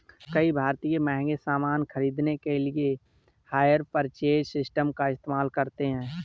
कई भारतीय महंगे सामान खरीदने के लिए हायर परचेज सिस्टम का इस्तेमाल करते हैं